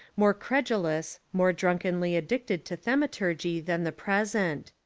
more credulous, more drunkenly addicted to thaumaturgy than the present.